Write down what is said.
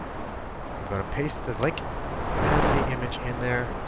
i'm going to paste the link and the image in there.